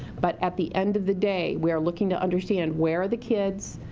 but at the end of the day, we are looking to understand where are the kids,